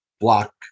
block